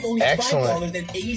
Excellent